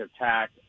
attack